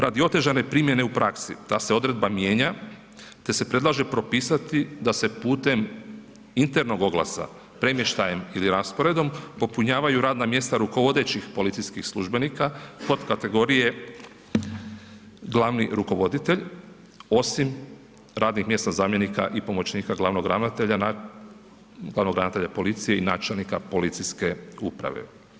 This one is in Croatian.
Radi otežane primjene u praksi ta se odredba mijenja te se predlaže propisati da se putem internog oglasa premještajem ili rasporedom, popunjavaju radna mjesta rukovodećih policijskih službenika pod kategorije glavni rukovoditelj osim radnih mjesta zamjenika i pomoćnika glavnog ravnatelja policije i načelnika policijske uprave.